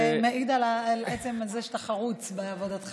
זה מעיד על עצם זה שאתה חרוץ בעבודתך.